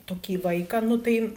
tokį vaiką nu tai